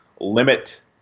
limit